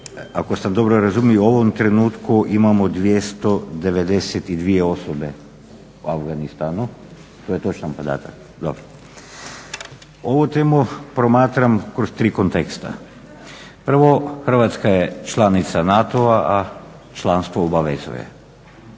Ako sam dobro razumio u ovom trenutku imamo 292 osobe u Afganistanu to je točan podatak? Dobro. Ovu temu promatram kroz 3 konteksta. Prvo, Hrvatska je članica NATO-a a članstvo obavezuje.